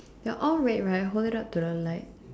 you're all red right hold it up to the light